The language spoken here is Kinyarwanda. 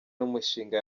n’umushinga